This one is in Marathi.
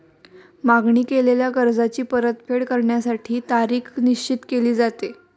मागणी केलेल्या कर्जाची परतफेड करण्यासाठी तारीख निश्चित केली जाते